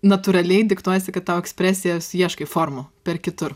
natūraliai diktuojasi kad tau ekspresijos ieškai formų per kitur